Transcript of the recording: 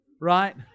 Right